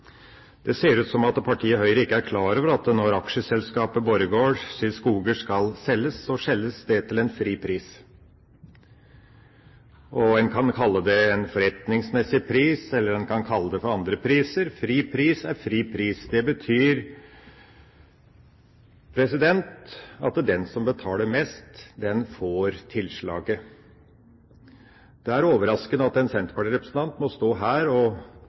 Det ser ut til at partiet Høyre ikke er klar over at når aksjeselskapet Borregaard Skoger skal selges, selges det til en fri pris. En kan kalle det en forretningsmessig pris, eller en kan kalle det for andre priser. Fri pris er fri pris. Det betyr at den som betaler mest, får tilslaget. Det er overraskende at en senterpartirepresentant må stå her og